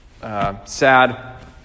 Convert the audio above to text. Sad